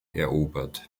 erobert